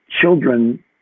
children